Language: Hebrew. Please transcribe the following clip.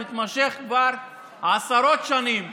המתמשך כבר עשרות שנים,